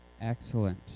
Excellent